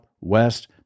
west